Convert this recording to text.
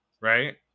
Right